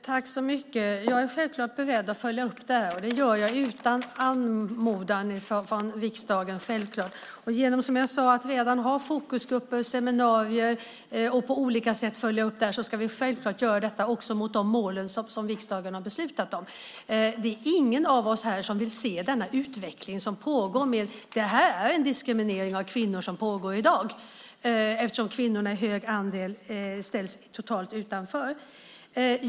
Herr talman! Jag är självklart beredd att följa upp det här, och det gör jag utan anmodan från riksdagen. Genom att redan ha fokusgrupper och seminarier och på olika sätt följa upp detta ska vi självklart göra det också gentemot de mål som riksdagen har beslutat om. Det är ingen av oss här som vill se den utveckling som pågår. Det är en diskriminering av kvinnor som pågår i dag eftersom en stor andel kvinnor ställs totalt utanför.